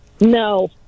No